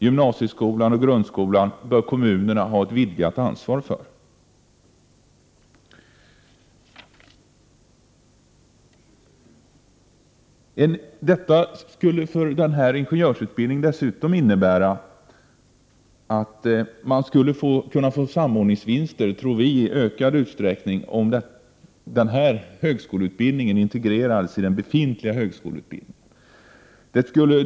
Gymnasieskolan och grundskolan bör kommunerna ha ett vidgat ansvar för. Om den ifrågavarande ingenjörsutbildningen integrerades i den befintliga högskoleutbildningen, tror vi att det skulle bli större samordningsvinster.